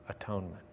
atonement